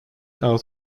out